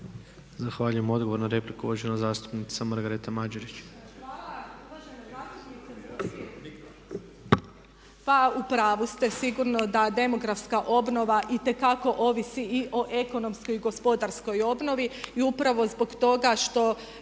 Zahvaljujem. Odgovor na repliku, uvažena zastupnica Margareta Mađerić.